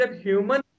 human